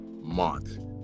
month